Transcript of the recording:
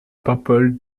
paimpol